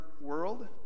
world